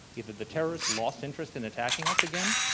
either the terrorists lost interest in attacking us again,